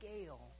scale